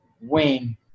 wing